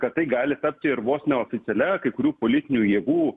kad tai gali tapti ir vos ne oficialia kai kurių politinių jėgų